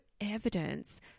evidence